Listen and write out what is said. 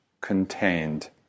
contained